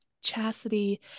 Chastity